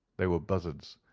they were buzzards,